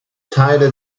teile